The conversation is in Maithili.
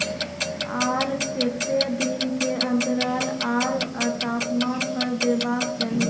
आर केते दिन के अन्तराल आर तापमान पर देबाक चाही?